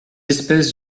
espèces